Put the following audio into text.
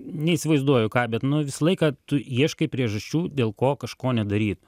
neįsivaizduoju ką bet nu visą laiką tu ieškai priežasčių dėl ko kažko nedaryt